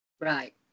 Right